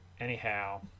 Anyhow